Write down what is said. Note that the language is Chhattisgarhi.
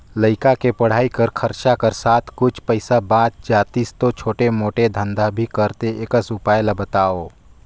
लइका के पढ़ाई कर खरचा कर साथ कुछ पईसा बाच जातिस तो छोटे मोटे धंधा भी करते एकस उपाय ला बताव?